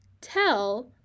tell